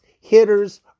hitters